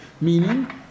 meaning